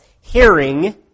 hearing